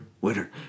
winner